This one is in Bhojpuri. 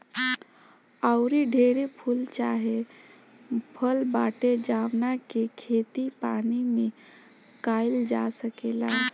आऊरी ढेरे फूल चाहे फल बाटे जावना के खेती पानी में काईल जा सकेला